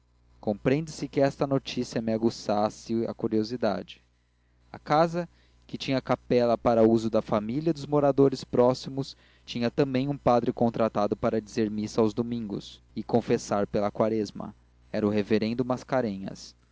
compreende-se que esta notícia me aguçasse a curiosidade a casa que tinha capela para uso da família e dos moradores próximos tinha também um padre contratado para dizer missa aos domingos e confessar pela quaresma era o rev mascarenhas